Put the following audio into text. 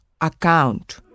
account